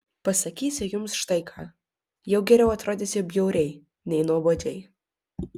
pasakysiu jums štai ką jau geriau atrodysiu bjauriai nei nuobodžiai